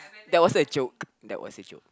that was a joke that was a joke